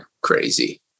crazy